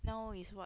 now is what